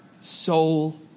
soul